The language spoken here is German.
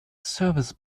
service